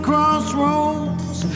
crossroads